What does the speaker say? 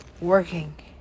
working